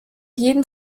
jeden